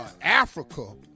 Africa